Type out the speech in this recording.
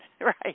right